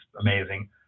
amazing